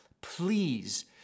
Please